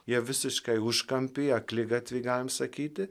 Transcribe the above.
jie visiškai užkampį akligatvį galime sakyti